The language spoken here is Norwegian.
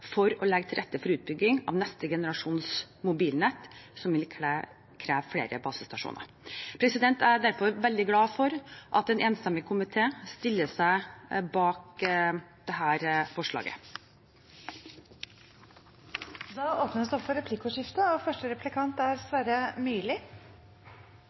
for utbygging av neste generasjons mobilnett, som vil kreve flere basestasjoner. Jeg er veldig glad for at en enstemmig komité stiller seg bak dette forslaget. Det blir replikkordskifte. Jeg er helt enig med digitaliseringsministeren i at i disse tider ser vi hvor viktig det er